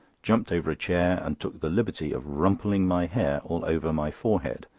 jumped over a chair, and took the liberty of rumpling my hair all over my forehead,